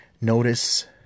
Notice